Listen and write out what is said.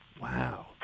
Wow